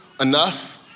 enough